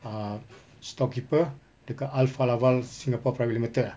uh storekeeper dekat alfa laval singapore private limited ah